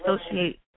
associate